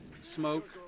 Smoke